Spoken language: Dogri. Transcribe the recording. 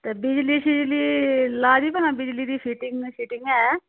ते बिजली छिजली लाई दी बिजली दी फिटिंग शिटिंग ऐ